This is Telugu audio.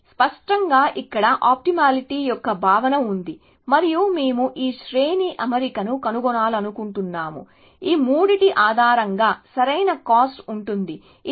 కాబట్టి స్పష్టంగా ఇక్కడ ఆప్టిమాలిటీ యొక్క భావన ఉంది మరియు మేము ఈ శ్రేణి అమరికను కనుగొనాలనుకుంటున్నాము ఈ మూడింటి ఆధారంగా సరైన కాస్ట్ ఉంటుంది ఇది